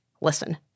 Listen